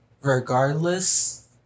regardless